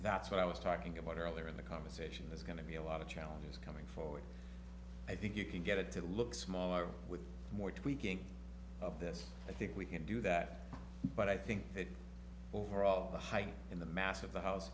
that's what i was talking about earlier in the conversation there's going to be a lot of challenges coming forward i think you can get it to look smaller with more tweaking of this i think we can do that but i think that overall the height in the mass of the house